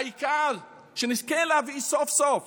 העיקר שנזכה להביא סוף-סוף